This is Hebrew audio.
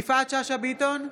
יפעת שאשא ביטון,